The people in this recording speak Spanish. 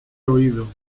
oído